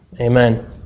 Amen